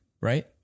Right